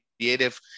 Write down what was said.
creative